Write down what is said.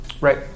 right